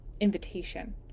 invitation